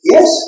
Yes